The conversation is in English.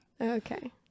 Okay